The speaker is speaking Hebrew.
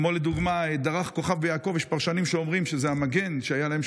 כמו לדוגמה "דרך כוכב מיעקב" יש פרשנים שאומרים שזה המגן שהיה להם,